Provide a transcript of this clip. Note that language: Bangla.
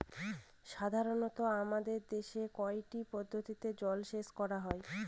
সাধারনত আমাদের দেশে কয়টি পদ্ধতিতে জলসেচ করা হয়?